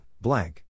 blank